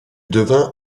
devint